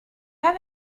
have